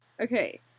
Okay